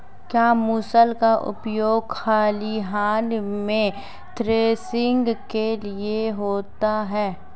क्या मूसल का उपयोग खलिहान में थ्रेसिंग के लिए होता है?